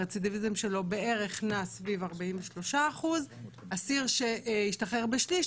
הרצידיביזם שלו בערך נע סביב 43%. אסיר שהשתחרר בשליש,